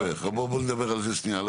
אה, אוקיי.